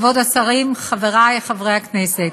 כבוד השרים, חברי חברי הכנסת,